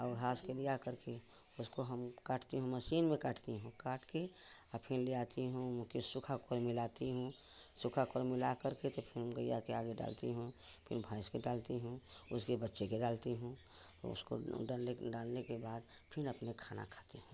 और घाँस के लिया करके उसको हम काटती हूँ मसीन में काटती हूँ काटकर और फिर ले आती हूँ सूखा फल मिलाती हूँ सूखा मिला करके तब फिर गैया के आगे डालती हूँ फिर भैंस पर डालती हूँ उसके बच्चे के डालती हूँ उसको भी डलने के डालने बाद फिर अपने खाना खाते हैं